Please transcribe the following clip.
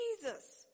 Jesus